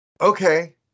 Okay